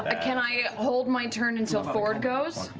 ah can i hold my turn until fjord goes?